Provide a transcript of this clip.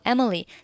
Emily”，